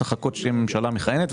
צריך לחכות שתהיה ממשלה מכהנת.